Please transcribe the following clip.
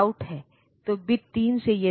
फिर हमें कुछ विशेष लाइनें मिली हैं